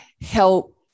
help